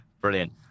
brilliant